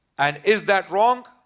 and is that wrong?